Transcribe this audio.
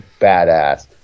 badass